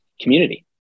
community